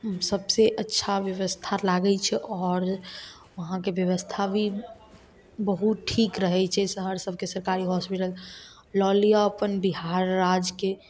सबसे अच्छा ब्यवस्था लागै छै आओर वहाँके ब्यवस्था भी बहुत ठीक रहै छै शहर सबके सरकारी हॉस्पिटल लऽ लिअ अपन बिहार राज्यके